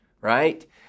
right